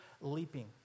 leaping